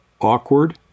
awkward